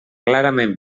clarament